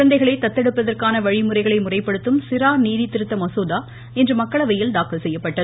குழந்தைகளை தத்தெடுப்பதற்கான வழிமுறைகளை முறைப்படுத்தும் சிறார் நீதி திருத்த மசோதா இன்று மக்களவையில் தாக்கல் செய்யப்பட்டது